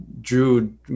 drew